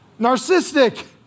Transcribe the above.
narcissistic